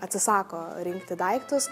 atsisako rinkti daiktus